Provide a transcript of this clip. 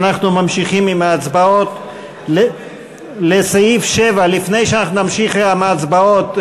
אנחנו ממשיכים עם ההצבעות לסעיף 7. לפני שאנחנו נמשיך עם ההצבעות,